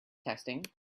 testing